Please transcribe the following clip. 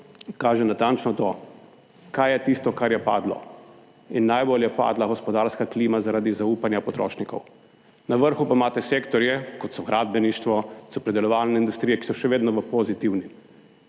kaže natančno to, kaj je tisto, kar je padlo in najbolj je padla gospodarska klima zaradi zaupanja potrošnikov. Na vrhu pa imate sektorje, kot so gradbeništvo, so predelovalne industrije, ki so še vedno v pozitivnem